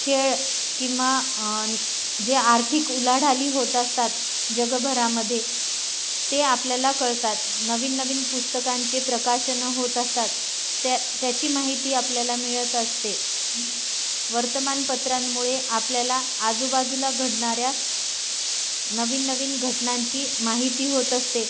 खेळ किंवा न् जे आर्थिक उलाढाली होत असतात जगभरामध्ये ते आपल्याला कळतात नवीन नवीन पुस्तकांची प्रकाशनं होत असतात त्या त्याची माहिती आपल्याला मिळत असते वर्तमानपत्रांमुळे आपल्याला आजूबाजूला घडणाऱ्या नवीन नवीन घटनांची माहिती होत असते आहे